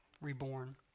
reborn